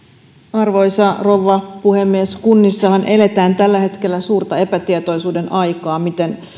arvoisa rouva puhemies kunnissahan eletään tällä hetkellä suurta epätietoisuuden aikaa siinä miten